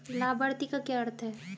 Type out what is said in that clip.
लाभार्थी का क्या अर्थ है?